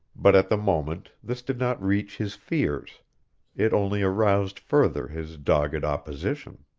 but at the moment this did not reach his fears it only aroused further his dogged opposition.